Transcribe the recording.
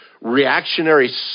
reactionary